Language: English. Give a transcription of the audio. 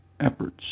Efforts